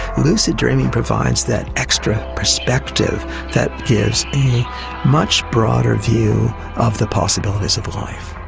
lucid dreaming provides that extra perspective that gives a much broader view of the possibilities of life.